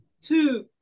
two